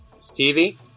Stevie